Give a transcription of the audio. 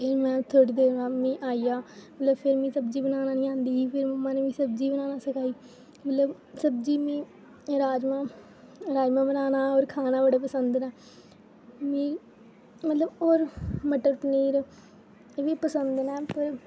फिर में थोह्ड़ी देर बाद मिगी आइया मतलब फिर मिगी सब्ज़ी बनाना निं आंदी ही फिर मम्मा ने मिगी सब्ज़ी बनाना सखाई मतलब सब्ज़ी में राजमांह् राजमांह् बनाना होर खाना बड़े पसंद न मिगी मतलब होर मटर पनीर एह्बी पसंद न पर